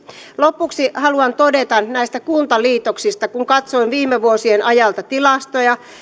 lopuksi haluan todeta näistä kuntaliitoksista kun olen katsonut viime vuosien ajalta tilastoja